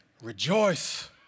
Rejoice